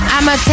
I'ma